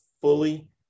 fully